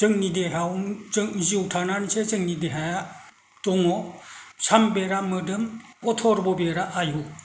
जोंनि देहायाव जिउ थानानैसो जोंनि देहाया दङ साम बेदआ मोदोम अथ'र्ब' बेदआ आयु